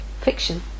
fiction